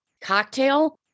Cocktail